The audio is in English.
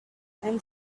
and